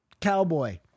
cowboy